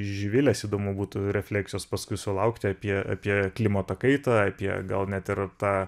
iš živilės įdomu būtų refleksijos paskui sulaukti apie apie klimato kaitą apie gal net ir tą